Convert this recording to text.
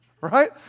Right